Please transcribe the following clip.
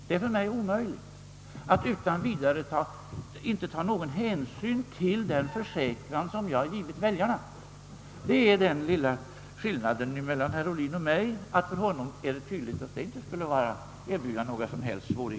För mig är det omöjligt att inte ta någon hänsyn till den försäkran som jag givit väljarna, men det är tydligt att detta för herr Ohlin inte skulle erbjuda några som helst svårigheter. Däri ligger den lilla skillnaden mellan herr Ohlin och mig.